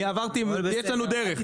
עשינו דרך.